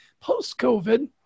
post-COVID